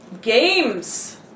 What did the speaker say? Games